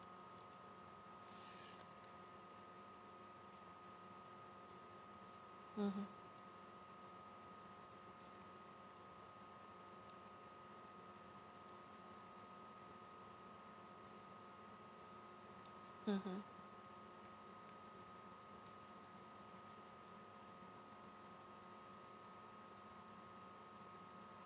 mmhmm mhmm